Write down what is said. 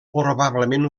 probablement